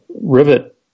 rivet